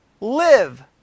live